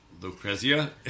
Lucrezia